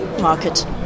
market